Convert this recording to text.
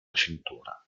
cintura